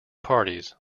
parties